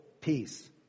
peace